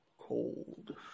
cold